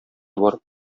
барып